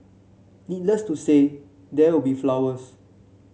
needless to say there will be flowers